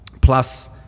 plus